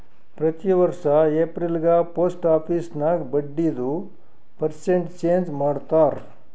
ಪ್ರತಿ ವರ್ಷ ಎಪ್ರಿಲ್ಗ ಪೋಸ್ಟ್ ಆಫೀಸ್ ನಾಗ್ ಬಡ್ಡಿದು ಪರ್ಸೆಂಟ್ ಚೇಂಜ್ ಮಾಡ್ತಾರ್